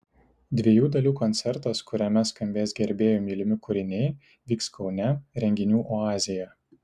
dviejų dalių koncertas kuriame skambės gerbėjų mylimi kūriniai vyks kaune renginių oazėje